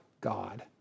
God